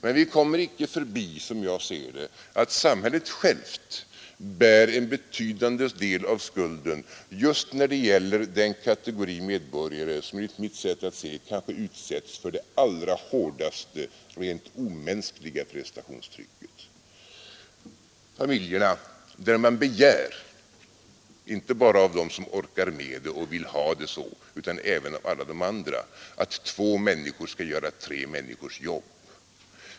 Men vi kommer icke förbi, som jag ser det, att samhället självt bär en betydande del av skulden just när det gäller den kategori medborgare som kanske utsätts för det allra hårdaste, rent omänskliga prestationstrycket — familjerna, där man begär inte bara av dem som orkar med det och vill ha det så utan även av alla de andra, att två människor skall göra tre människors jobb.